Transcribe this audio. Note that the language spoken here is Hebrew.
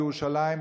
בירושלים,